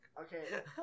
okay